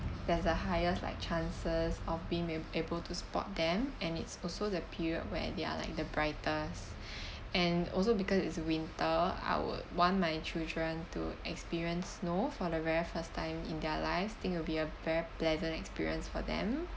there's a highest like chances of being ab~ able to spot them and it's also the period where they are like the brightest and also because it's winter I would want my children to experience snow for the very first time in their lives think it'll be a very pleasant experience for them